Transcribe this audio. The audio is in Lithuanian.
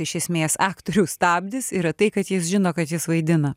iš esmės aktorių stabdis yra tai kad jis žino kad jis vaidina